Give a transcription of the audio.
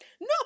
No